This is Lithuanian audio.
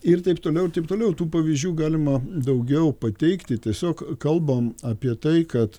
ir taip toliau ir taip toliau tų pavyzdžių galima daugiau pateikti tiesiog kalbam apie tai kad